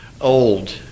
old